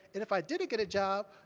and if i didn't get a job,